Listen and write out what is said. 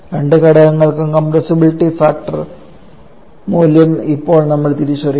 രണ്ട് ഘടകങ്ങൾക്കും compressibility factor മൂല്യം ഇപ്പോൾ നമ്മൾ തിരിച്ചറിയണം